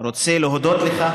אני רוצה להודות לך.